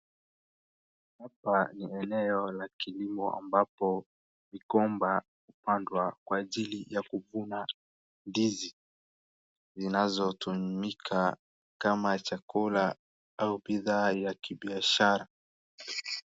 Hapa ni eneo la kilimo ambapo migomba hupandwa kwa ajili ya kuvuna ndizi zinazotumika kama chakula au bidhaa ya kibiashara.